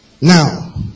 Now